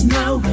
now